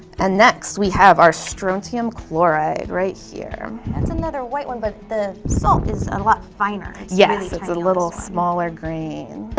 and next we have our strontium chloride right here. that's another white one but the salt is and a lot finer. yes it's a little smaller green.